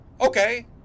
Okay